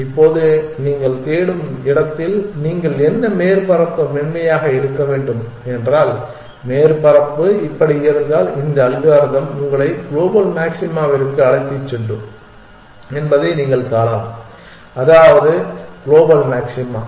இப்போது நீங்கள் தேடும் இடத்தில் நீங்கள் என்ன மேற்பரப்பு மென்மையாக இருக்க வேண்டும் என்றால் மேற்பரப்பு இப்படி இருந்திருந்தால் இந்த அல்காரிதம் உங்களை க்ளோபல் மாக்சிமா ற்கு அழைத்துச் சென்றிருக்கும் என்பதை நீங்கள் காணலாம் அதாவது க்ளோபல் மாக்சிமா